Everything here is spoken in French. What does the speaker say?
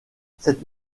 cette